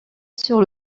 sur